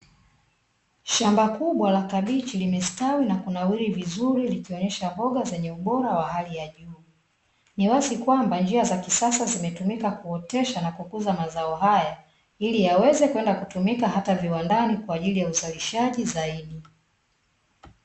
Shamba kubwa la kabich,i limestawi na kunawili vizuri likionyesha mboga zenye ubora wa hali ya juu. Ni wazi kwamba njia za kisasa zimetumika kuotesha na kukuza mazao haya, ili yaweze kwenda kutumika hata viwandani kwa ajili ya uzalishaji zaidi.